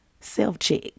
self-check